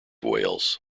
wales